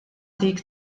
dik